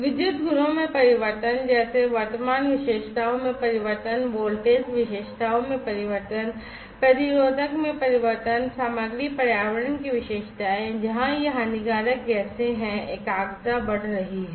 विद्युत गुणों में परिवर्तन जैसे वर्तमान विशेषताओं में परिवर्तन वोल्टेज विशेषताओं में परिवर्तन प्रतिरोधक में परिवर्तन सामग्री पर्यावरण की विशेषताएं जहां ये हानिकारक गैसें हैं एकाग्रता बढ़ रही है